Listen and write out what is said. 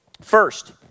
First